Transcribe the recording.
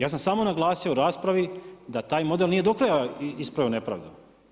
Ja sam samo naglasio u raspravi da taj model nije do kraja ispravio nepravdu.